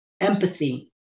empathy